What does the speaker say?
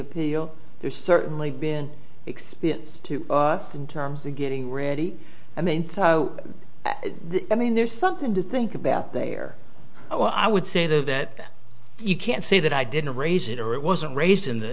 appeal there's certainly been expense to us in terms of getting ready i mean so i mean there's something to think about there i would say though that you can't say that i didn't raise it or it was and raised in th